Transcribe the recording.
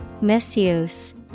Misuse